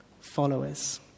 followers